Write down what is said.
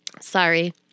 Sorry